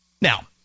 Now